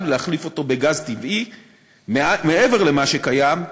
ולהחליף אותו בגז טבעי מעבר למה שקיים,